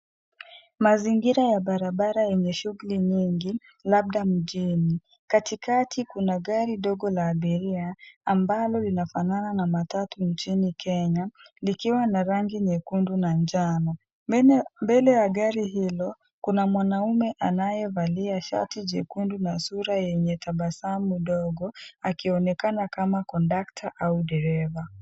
Mazingira ya barabara yenye shughuli nyingi, labda mjini. Katikati kuna gari dogo la abiria ambalo linafanana na matatu nchini Kenya, likiwa na rangi nyekundu na njano. Mbele ya gari hilo, kuna mwanaume anayevalia shati jekundu na sura yenye tabasamu ndogo, akionekana kama kondakta au dereva.